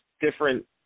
different